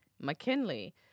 McKinley